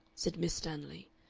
said miss stanley,